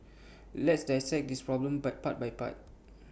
let's dissect this problem by part by part